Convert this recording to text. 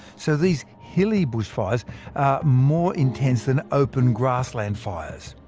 so these hilly bushfires are more intense than open grassland fires.